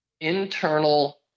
internal